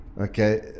Okay